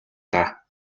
даа